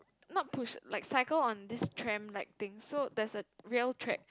not push like cycle on this tram like thing so there was a rail track